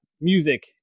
music